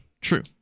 True